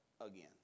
again